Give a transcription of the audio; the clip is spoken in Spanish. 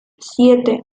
siete